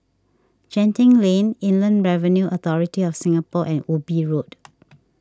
Genting Lane Inland Revenue Authority of Singapore and Ubi Road